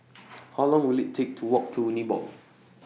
How Long Will IT Take to Walk to Nibong